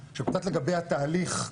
קצת לגבי התהליך,